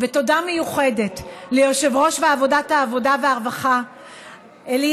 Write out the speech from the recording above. ותודה מיוחדת ליושב-ראש ועדת העבודה והרווחה אלי